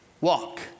Walk